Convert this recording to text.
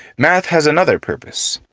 math has another purpose.